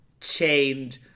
chained